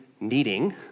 needing